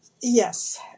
Yes